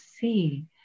see